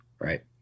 Right